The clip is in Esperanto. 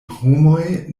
homoj